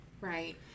Right